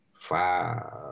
five